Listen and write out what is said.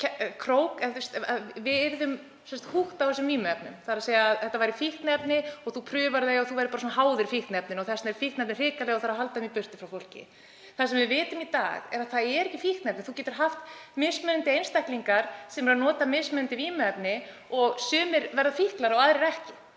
við yrðum „húkt“ á þessum vímuefnum, þ.e. að þetta væru fíkniefni og þú prufaðir þau og yrðir bara háður fíkniefninu og þess vegna séu fíkniefni hrikaleg og það þurfi að halda þeim í burtu frá fólki. Það sem við vitum í dag er að það er ekki fíkniefnið. Þú getur haft mismunandi einstaklinga sem eru að nota mismunandi vímuefni og sumir verða fíklar og aðrir ekki.